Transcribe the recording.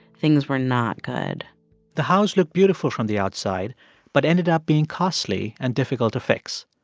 things were not good the house looked beautiful from the outside but ended up being costly and difficult to fix.